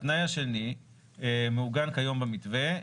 התנאי השני מעוגן כיום במתווה.